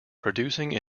producing